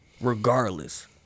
regardless